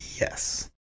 Yes